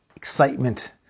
excitement